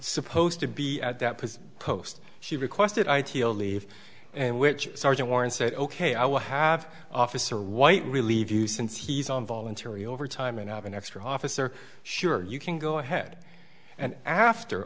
supposed to be at that because post she requested i t o leave and which sergeant warren said ok i will have officer white relieve you since he's on voluntary overtime and i have an extra officer sure you can go ahead and after